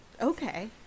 Okay